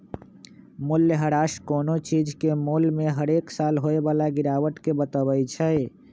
मूल्यह्रास कोनो चीज के मोल में हरेक साल होय बला गिरावट के बतबइ छइ